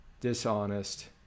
dishonest